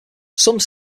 some